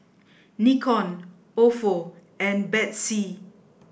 Nikon Ofo and Betsy